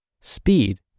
speed